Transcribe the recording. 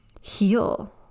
heal